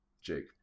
Jake